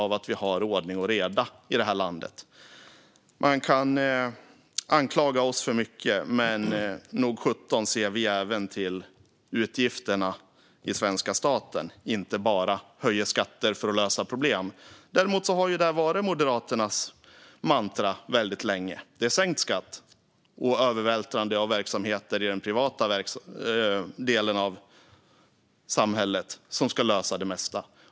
Man kan anklaga oss för mycket, men nog sjutton ser vi även till utgifterna i svenska staten. Vi höjer inte bara skatter för att lösa problem. Däremot har det varit Moderaternas mantra väldigt länge: Sänkt skatt och ett övervältrande av verksamheter i den privata delen av samhället ska lösa det mesta.